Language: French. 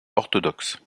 orthodoxe